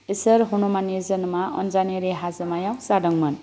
इसोर हनुमाननि जोनोमा अनजानेरि हाजोमायाव जादोंमोन